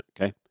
Okay